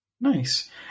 Nice